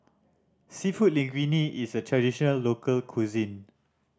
Seafood Linguine is a traditional local cuisine